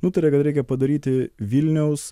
nutarė kad reikia padaryti vilniaus